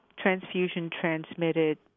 transfusion-transmitted